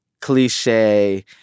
cliche